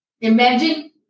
Imagine